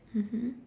mmhmm